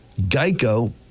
Geico